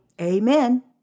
Amen